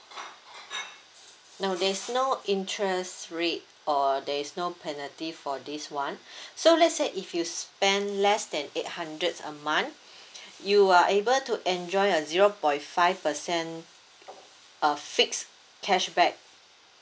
no there is no interest rate or there is no penalty for this [one] so let's say if you spend less than eight hundred a month you are able to enjoy a zero point five percent a fixed cashback